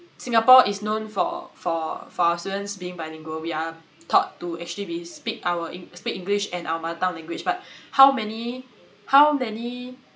singapore is known for for for our students being bilingual we are taught to actually be speak our eng~ speak english and our mother tongue language but how many how many